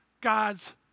God's